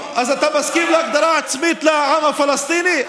אז אתה מסכים להגדרה עצמית לעם הפלסטיני?